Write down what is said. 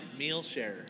Mealshare